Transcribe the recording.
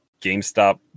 GameStop